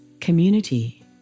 community